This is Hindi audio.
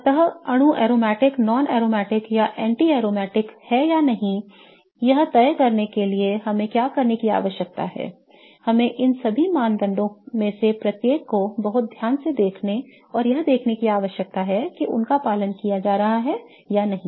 अतः अणु aromatic non aromatic या anti aromatic है या नहीं यह तय करने के लिए हमें क्या करने की आवश्यकता है हमें इन सभी मानदंडों में से प्रत्येक को बहुत ध्यान से देखने और यह देखने की आवश्यकता है कि उनका पालन किया जा रहा है या नहीं